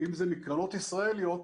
אם זה מקרנות ישראליות,